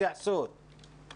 (היו"ר מאיר כהן)